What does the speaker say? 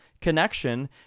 connection